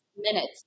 minutes